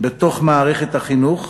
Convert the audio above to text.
בתוך מערכת החינוך,